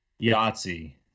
yahtzee